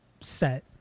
set